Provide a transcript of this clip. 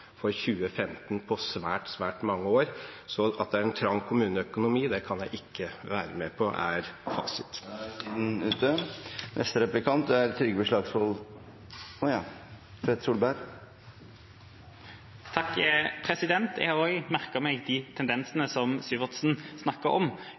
for 2015, på svært, svært mange år. Så at det er en trang kommuneøkonomi, kan jeg ikke være med på er fasit. Jeg har også merket meg de tendensene